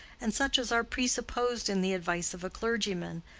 and such as are presupposed in the advice of a clergyman,